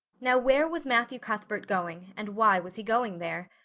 now, where was matthew cuthbert going and why was he going there?